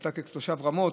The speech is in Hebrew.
אתה כתושב רמות,